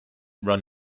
run